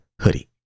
hoodie